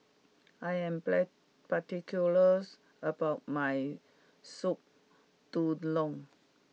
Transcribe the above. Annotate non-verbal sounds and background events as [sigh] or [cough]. I am [noise] particulars about my soup Tulang